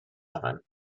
oven